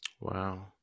Wow